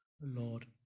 Lord